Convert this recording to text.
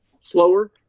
slower